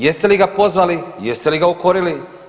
Jeste li ga pozvali, jeste li ga ukorili?